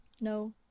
No